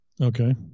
Okay